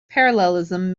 parallelism